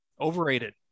Overrated